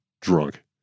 drunk